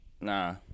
Nah